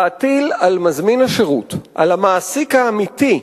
להטיל על מזמין השירות, על המעסיק האמיתי,